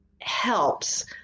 helps